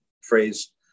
phrase